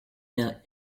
der